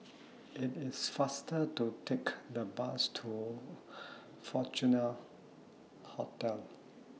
IT IS faster to Take The Bus to Fortuna Hotel